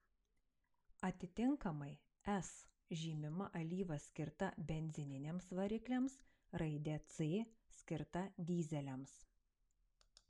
atitinkamai s žymima alyva skirta benzininiams varikliams raide c skirta dyzeliams